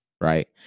right